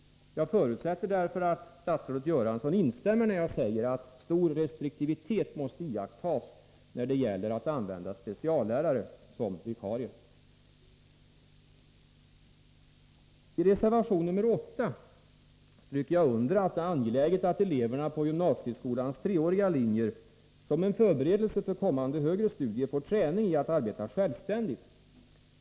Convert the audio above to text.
Jag förutsätter därför att statsrådet Göransson instämmer, när jag säger att stor restriktivitet måste iakttas när det gäller att använda speciallärare som vikarier. I reservation nr 8 stryker jag under att det är angeläget att eleverna på gymnasieskolans treåriga linjer — som en förberedelse för kommande högre studier — får träning i att arbeta självständigt.